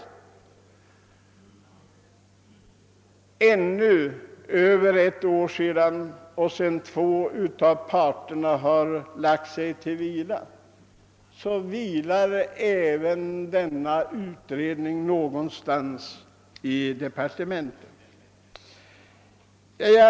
Ännu ett år efteråt, sedan två av de berörda har gått bort, vilar denna framställning någonstans i departementet eller kammarkollegiet.